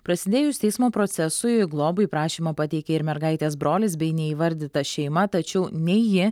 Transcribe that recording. prasidėjus teismo procesui globai prašymą pateikė ir mergaitės brolis bei neįvardyta šeima tačiau nei ji